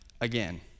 again